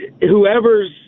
whoever's